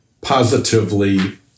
positively